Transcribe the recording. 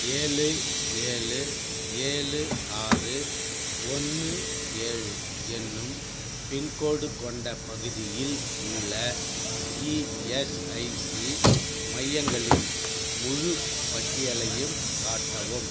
ஏழு ஏழு ஏழு ஆறு ஒன்று ஏழு எனும் பின்கோடு கொண்ட பகுதியில் உள்ள இஎஸ்ஐசி மையங்களின் முழுப் பட்டியலையும் காட்டவும்